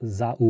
za